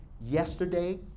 yesterday